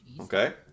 Okay